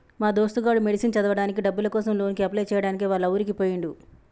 మా దోస్తు గాడు మెడిసిన్ చదవడానికి డబ్బుల కోసం లోన్ కి అప్లై చేయడానికి వాళ్ల ఊరికి పోయిండు